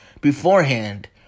beforehand